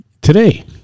today